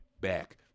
back